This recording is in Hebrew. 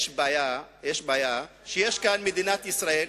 יש בעיה שיש כאן מדינת ישראל,